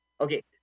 Okay